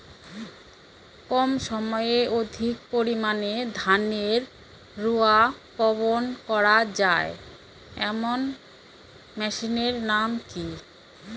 কম সময়ে অধিক পরিমাণে ধানের রোয়া বপন করা য়ায় এমন মেশিনের নাম কি?